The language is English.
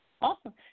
Awesome